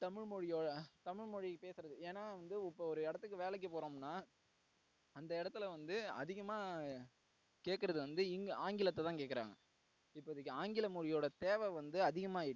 தமிழ்மொழியோட தமிழ்மொழி பேசுவது ஏன்னா வந்து இப்போது ஒரு இடத்துக்கு வேலைக்கு போகிறோம்னா அந்த இடத்துல வந்து அதிகமாக கேக்கிறது வந்து ஆங்கிலத்தை தான் கேக்கிறாங்க இப்போதிக்கி ஆங்கில மொழியோட தேவை வந்து அதிகமாகிட்டு